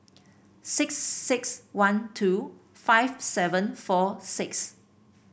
six six one two five seven four six